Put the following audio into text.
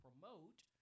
promote